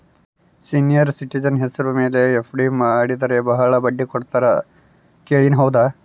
Senior citizen ಹೆಸರ ಮೇಲೆ FD ಮಾಡಿದರೆ ಬಹಳ ಬಡ್ಡಿ ಕೊಡ್ತಾರೆ ಅಂತಾ ಕೇಳಿನಿ ಹೌದಾ?